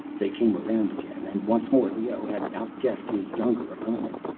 they came around again, and once more leoh had outguessed his younger opponent.